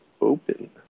open